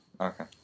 Okay